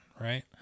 Right